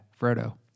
Frodo